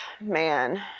man